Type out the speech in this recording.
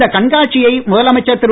இந்த கண்காட்சியை முதலமைச்சர் திரு